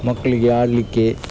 ಮಕ್ಕಳಿಗೆ ಆಡಲ್ಲಿಕ್ಕೆ